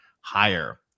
higher